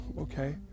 okay